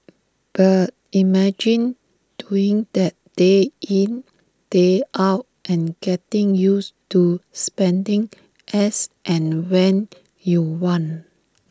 but imagine doing that day in day out and getting used to spending as and when you want